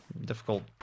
Difficult